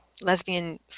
lesbian